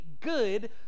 good